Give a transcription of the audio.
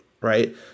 right